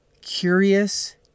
curious